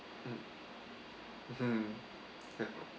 mm mmhmm mm